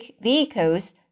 vehicles